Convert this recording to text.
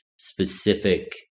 specific